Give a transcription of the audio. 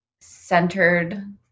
centered